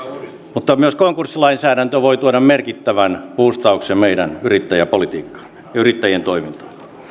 mutta myös konkurssilainsäädäntö voi tuoda merkittävän buustauksen meidän yrittäjäpolitiikkaan ja yrittäjien toimintaan